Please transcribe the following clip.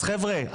אז חבר'ה,